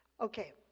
okay